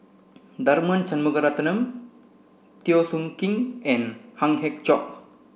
Tharman Shanmugaratnam Teo Soon Kim and Ang Hiong Chiok